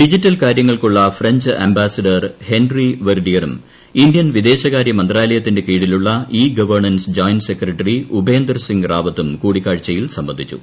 digital കാര്യങ്ങൾക്കുള്ള French ambassador Henri വെർഡിയറും Indian വിദേശകാര്യ മന്ത്രാലയത്തിന്റെ കീഴിലുള്ള e governance joint secretary Upender Singh റാവത്തും കൂടിക്കാ ഴ്ചയിൽ സംബന്ധിച്ചു